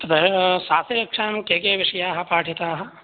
तद् शास्त्रिकक्षायां के के विषयाः पाठिताः